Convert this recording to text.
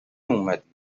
اومدی